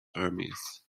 armies